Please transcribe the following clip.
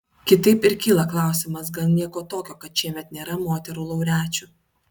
kitaip ir kyla klausimas gal nieko tokio kad šiemet nėra moterų laureačių